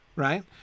Right